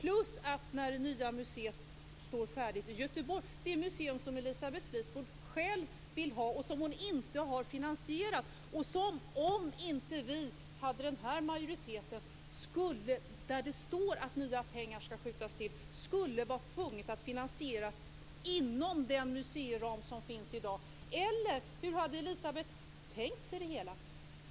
När det gäller det nya museet i Göteborg - det museum som Elisabeth Fleetwood själv vill ha men som hon inte har finansierat - står det att nya pengar skall skjutas till. Om inte vi hade denna majoritet skulle man vara tvungen att finansiera det inom den museiram som finns i dag. Eller hur har Elisabeth tänkt sig det hela?